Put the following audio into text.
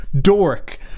Dork